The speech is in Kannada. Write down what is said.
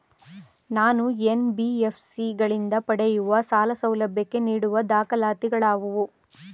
ನಾನು ಎನ್.ಬಿ.ಎಫ್.ಸಿ ಗಳಿಂದ ಪಡೆಯುವ ಸಾಲ ಸೌಲಭ್ಯಕ್ಕೆ ನೀಡುವ ದಾಖಲಾತಿಗಳಾವವು?